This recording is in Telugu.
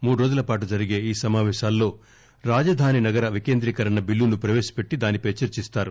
మూడురోజులపాటు జరిగే ఈ సమాపేశాల్లో రాజధాని నగర వికేంద్రీకరణ బిల్లును ప్రవేశపెట్లి దానిపై చర్చిస్తారు